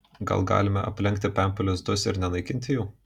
gal galime aplenkti pempių lizdus ir nenaikinti jų